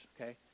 okay